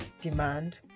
demand